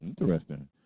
Interesting